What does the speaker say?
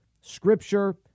scripture